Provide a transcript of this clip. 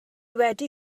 wedi